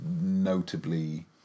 notably